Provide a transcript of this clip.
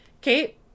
Kate